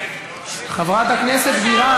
חברת הכנסת בירן,